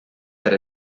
per